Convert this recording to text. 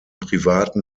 privaten